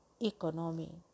Economy